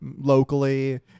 locally